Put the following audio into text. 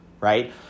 right